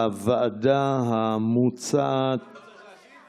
הוועדה המוצעת, הוא לא צריך להשיב?